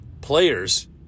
players